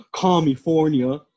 California